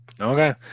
Okay